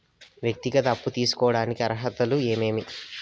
వ్యక్తిగత అప్పు తీసుకోడానికి అర్హతలు ఏమేమి